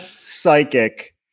psychic